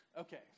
Okay